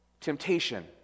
temptation